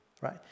right